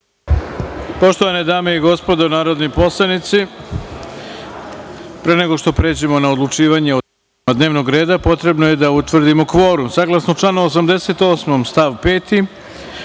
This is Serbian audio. Poštovane dame i gospodo narodni poslanici, pre nego što pređemo na odlučivanje o tačkama dnevnog reda, potrebno je da utvrdimo kvorum. Saglasno članu 88. stav 5.